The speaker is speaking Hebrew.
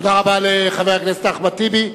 תודה רבה לחבר הכנסת אחמד טיבי.